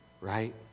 right